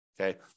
Okay